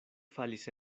falis